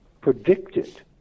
predicted